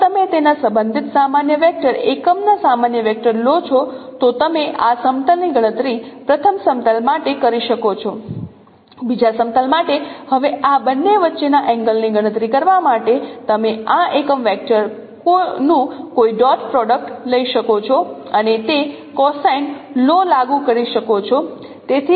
જો તમે તેના સંબંધિત સામાન્ય વેક્ટર એકમના સામાન્ય વેક્ટર લો છો તો તમે આ સમતલ ની ગણતરી પ્રથમ સમતલ માટે કરી શકો છો બીજા સમતલ માટે હવે આ બંને વચ્ચેના એંગલની ગણતરી કરવા માટે તમે આ એકમ વેક્ટરનું કોઈ ડોટ પ્રોડક્ટ લઈ શકો છો અને તે કોસાઇન લો લાગુ કરી શકો છો